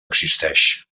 existeix